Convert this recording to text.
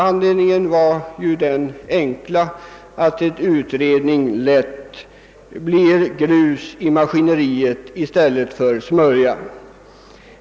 Anledningen var att en utredning lätt blir grus i maskineriet i stället för smörjmedel.